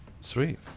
Sweet